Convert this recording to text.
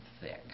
thick